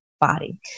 body